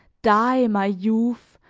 die, my youth,